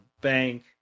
bank